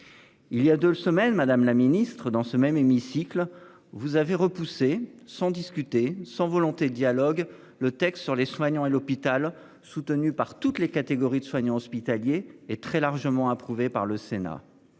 Il y a 2 semaines, madame la Ministre, dans ce même hémicycle, vous avez repoussé sans discuter, sans volonté dialogue le texte sur les soignants à l'hôpital, soutenu par toutes les catégories de soignants hospitaliers et très largement approuvé par le Sénat.